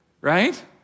right